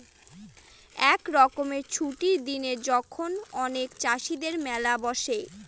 এক রকমের ছুটির দিনে যখন অনেক চাষীদের মেলা বসে